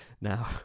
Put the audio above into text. now